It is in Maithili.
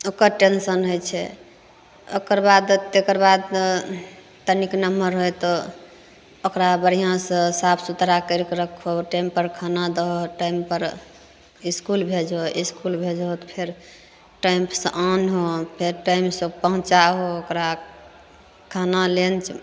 ओकर टेन्शन होइ छै ओकरबाद तकरबाद तनिक नमहर होइ तऽ ओकरा बढ़िआँसँ साफ सुथरा करिकऽ राखू टाइमपर खाना दहो टाइमपर इसकुल भेजहो तऽ फेर टाइमसँ आनहो फेर टाइमसँ पहुँचाहो ओकरा खाना लंच